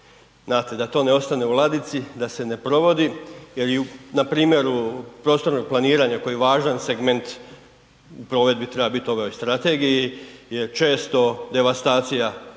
da to ne ostane u ladici da se ne provodi jer i na primjeru prostornog planiranja koji je važan segment u provedbi treba biti u ovoj strategiji je često devastacija